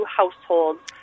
households